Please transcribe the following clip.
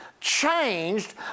changed